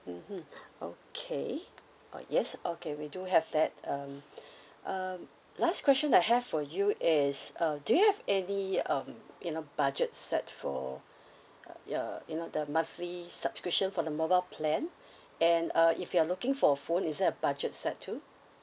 mmhmm okay oh yes okay we do have that um um last question I have for you is uh do you have any um you know budget set for uh your you know the monthly subscription for the mobile plan and uh if you're looking for a phone is there a budget set too